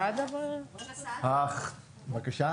הצבעה